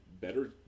better